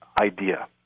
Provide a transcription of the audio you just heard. idea